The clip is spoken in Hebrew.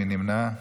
מי נמנע?